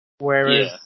Whereas